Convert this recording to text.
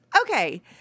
Okay